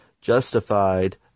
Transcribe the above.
justified